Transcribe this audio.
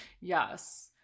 yes